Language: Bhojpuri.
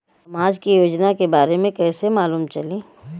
समाज के योजना के बारे में कैसे मालूम चली?